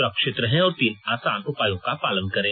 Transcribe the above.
सुरक्षित रहें और तीन आसान उपायों का पालन करें